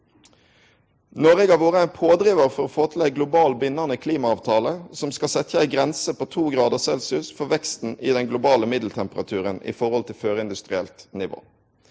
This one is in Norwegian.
Noreg har vore ein pådrivar for å få til ei global bindande klimaavtale som skal setje ei grense på 2 °C for veksten i den globale middeltemperaturen i forhold til førindustrielt nivå.